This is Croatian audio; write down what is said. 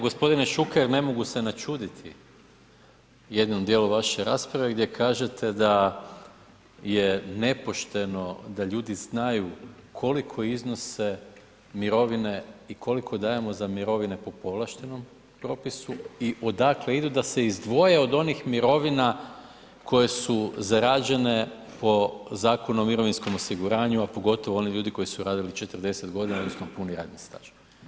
Gospodine Šuker ne mogu se načuditi jednom dijelu vaše rasprave gdje kažete da je nepošteno da ljudi znaju koliko iznose mirovine i koliko dajemo za mirovine po povlaštenom propisu i odakle idu da se izdvoje od onih mirovina koje su zarađene po Zakonu o mirovinskom osiguranju, a pogotovo oni ljudi koji su radili 40 godina odnosno puni radni staž.